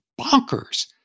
bonkers